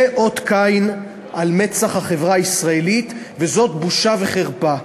זה אות קין על מצח החברה הישראלית וזאת בושה וחרפה.